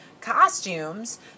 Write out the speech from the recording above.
costumes